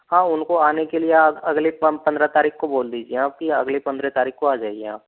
हाँ उनको आने के लिए आप अगली पन्द्रह तारीख को बोल दीजिए आप की अगली पन्द्रह तारीख को आ जाइए आप